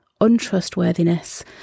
untrustworthiness